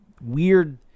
weird